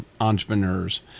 entrepreneurs